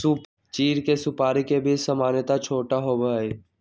चीड़ के सुपाड़ी के बीज सामन्यतः छोटा होबा हई